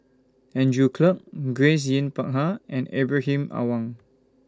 Andrew Clarke Grace Yin Peck Ha and Ibrahim Awang